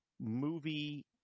movie